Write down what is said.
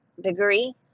degree